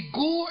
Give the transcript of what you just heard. go